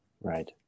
Right